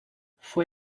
fue